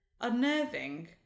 unnerving